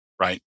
right